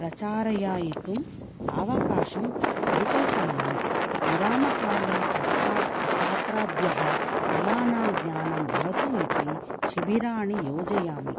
प्रचारयायितुम् अवकाशं परिकल्पयामि विरामकाले छात्र छात्राभ्यः कलानां ज्ञानं भवतु इति शिबिराणि योजयामि